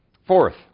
Fourth